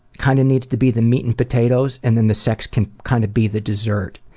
kind of needs to be the meat and potatoes and then the sex can kind of be the dessert.